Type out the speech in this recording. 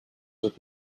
with